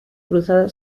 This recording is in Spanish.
cruzada